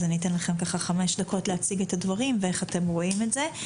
אז אני אתן לכם חמש דקות להציג את הדברים ואיך אתם רואים את זה.